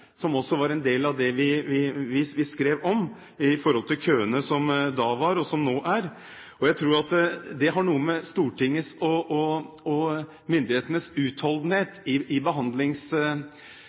som også var en del av det vi skrev inn når det gjaldt køene som var den gangen, og som er nå. Jeg tror Stortingets og myndighetenes utholdenhet i behandlingstilbudet har noe å gjøre med hvordan vi ser på de rusavhengige som mennesker, at vi er i